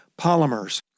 polymers